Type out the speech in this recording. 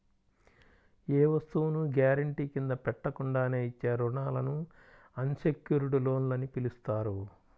ఏ వస్తువును గ్యారెంటీ కింద పెట్టకుండానే ఇచ్చే రుణాలను అన్ సెక్యుర్డ్ లోన్లు అని పిలుస్తారు